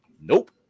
Nope